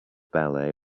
ballet